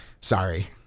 Sorry